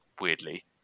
weirdly